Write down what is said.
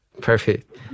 Perfect